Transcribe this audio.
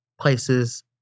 places